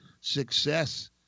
success